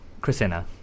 Christina